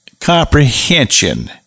comprehension